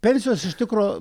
pensijos iš tikro